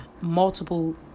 multiple